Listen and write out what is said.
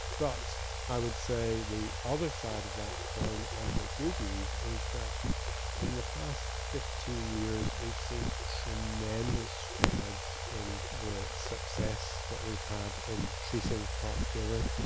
but i would say the other side of the coin and the good news is that in the past fifteen years we've seen tremendous strides in the success that we've had in treating heart failure.